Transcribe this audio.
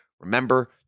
remember